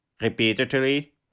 repeatedly